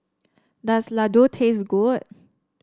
does Ladoo taste good